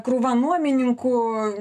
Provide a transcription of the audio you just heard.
krūva nuomininkų